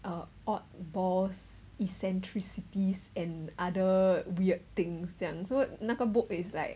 uh oddballs eccentricities and other weird things 这样 so 那个 book is like